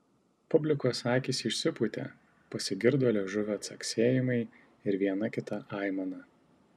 publikos akys išsipūtė pasigirdo liežuvio caksėjimai ir viena kita aimana